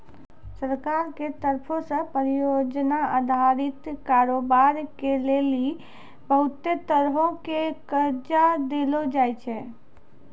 सरकार के तरफो से परियोजना अधारित कारोबार के लेली बहुते तरहो के कर्जा देलो जाय छै